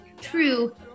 true